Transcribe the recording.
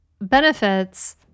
benefits